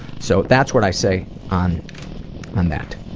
so that's what i say on on that.